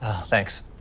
Thanks